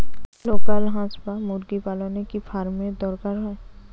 Local হাস বা মুরগি পালনে কি ফার্ম এর দরকার হয়?